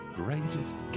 greatest